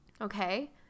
Okay